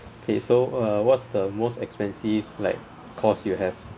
okay so uh what's the most expensive like course you have